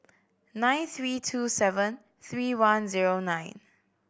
nine three two seven three one zero nine